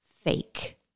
fake